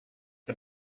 the